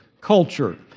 culture